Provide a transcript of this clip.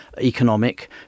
economic